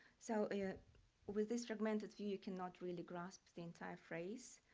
so with this fragmented view, you cannot really grasp the entire phrase.